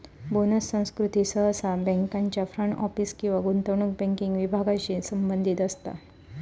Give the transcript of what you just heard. bonus संस्कृती सहसा बँकांच्या फ्रंट ऑफिस किंवा गुंतवणूक बँकिंग विभागांशी संबंधित असता